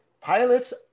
pilots